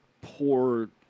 poor